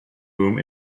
boom